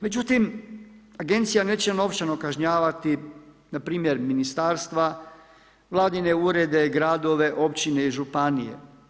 Međutim, agencija neće novčano kažnjavati npr. ministarstva, Vladine urede, gradove, općine i županije.